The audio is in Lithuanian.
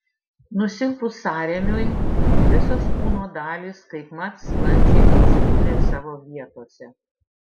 nusilpus sąrėmiui visos kūno dalys kaipmat sklandžiai atsidūrė savo vietose